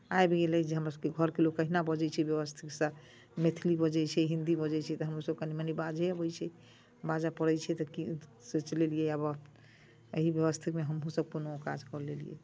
आबि गेलै जे हमरसभके घरके लोक अहिना बजै छै व्यवस्थितसँ मैथिली बजै छै हिंदी बजै छै तऽ हमहूँसभ कनी मनी बाजय अबै छै बाजय पड़ैत छै तऽ ई सोचि लेलियै आब एहि व्यवस्थामे हमहूँसभ कोनो काज कऽ लेलियै